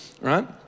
Right